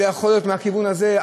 זה יכול להיות מהכיוון הזה,